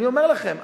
אני אומר לכם,